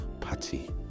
party